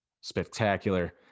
Spectacular